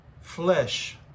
flesh